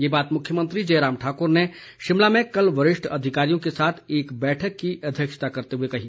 ये बात मुख्यमंत्री जयराम ठाक्र ने शिमला में कल वरिष्ठ अधिकारियों के साथ एक बैठक की अध्यक्षता करते हुए कही